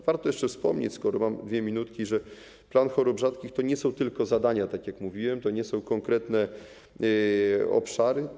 Warto jeszcze wspomnieć, skoro mam 2 minutki, że plan dla chorób rzadkich to nie są tylko zadania, tak jak mówiłem, to nie są konkretne obszary.